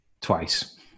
Twice